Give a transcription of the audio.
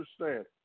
understand